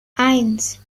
eins